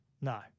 No